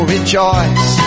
Rejoice